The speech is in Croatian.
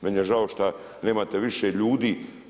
Meni je žao što nemate više ljudi.